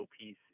piece